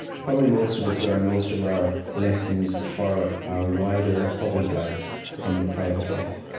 probably, most of us learned most of our lessons for our wider public life from the private life.